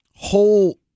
whole